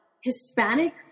Hispanic